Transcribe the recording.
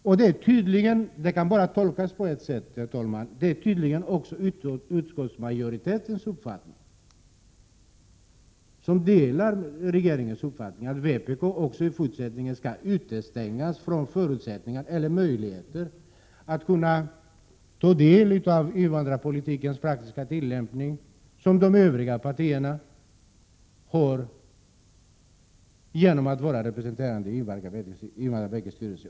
Utskottets skrivning kan inte tolkas på annat sätt än att utskottsmajoriteten delar regeringens uppfattning att vpk också i fortsättningen skall utestängas från möjligheten att ta del av invandrarpolitikens praktiska tillämpning, den möjlighet som de övriga partierna har genom att vara representerade i invandrarverkets styrelse.